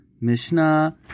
Mishnah